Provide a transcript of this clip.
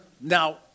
Now